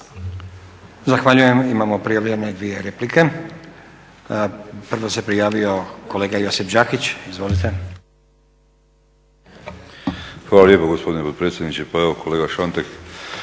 Hvala lijepo gospodine potpredsjedniče. Pa evo kolega Šantek